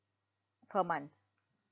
per month